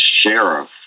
sheriff